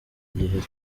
igihe